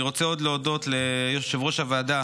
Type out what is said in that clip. אני רוצה עוד להודות ליושב-ראש הוועדה,